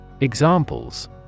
Examples